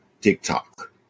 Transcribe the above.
TikTok